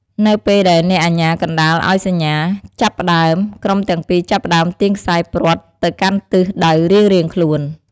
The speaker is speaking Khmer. នៅពេលដែលអ្នកអាជ្ញាកណ្ដាលឱ្យសញ្ញា "ចាប់ផ្ដើម" ក្រុមទាំងពីរចាប់ផ្តើមទាញខ្សែព្រ័ត្រទៅកាន់ទិសដៅរៀងៗខ្លួន។